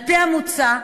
על-פי המוצע,